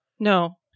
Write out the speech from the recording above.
No